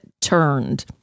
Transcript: turned